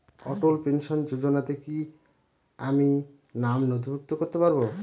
অটল pension যোজনাতে কি আমি নাম নথিভুক্ত করতে পারবো?